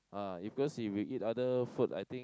ah if cause if you eat other food I think